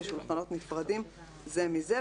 בשולחנות נפרדים זה מזה.